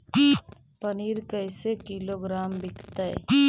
पनिर कैसे किलोग्राम विकतै?